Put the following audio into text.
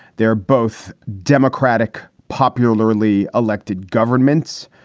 they're both democratic, popularly elected governments.